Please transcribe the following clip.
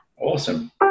awesome